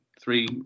three